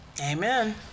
Amen